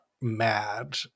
mad